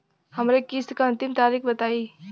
हमरे किस्त क अंतिम तारीख बताईं?